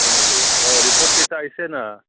হয় নেকি অঁ ৰিপৰ্ট'কেইটা আহিছেনে